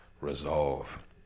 resolve